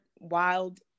wild